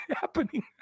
happening